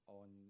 on